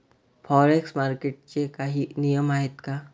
Forex मार्केटचे काही नियम आहेत का?